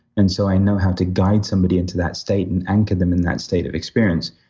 and so, i know how to guide somebody into that state and anchor them in that state of experience.